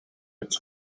its